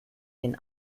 den